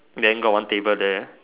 then got one table there